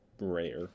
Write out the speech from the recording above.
rare